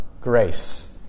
grace